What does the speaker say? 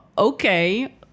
Okay